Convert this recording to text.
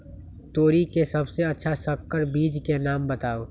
तोरी के सबसे अच्छा संकर बीज के नाम बताऊ?